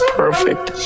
perfect